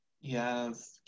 Yes